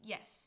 Yes